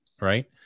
Right